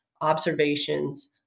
observations